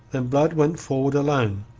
then blood went forward alone,